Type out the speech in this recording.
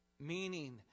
meaning